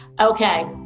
Okay